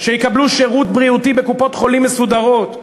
שיקבלו שירות בריאותי בקופות-חולים מסודרות,